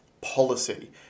policy